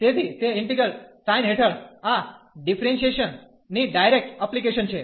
તેથી તે integral sign હેઠળ આ ડીફરેનશીયેશન ની ડાયરેક્ટ અપ્લીકેશન છે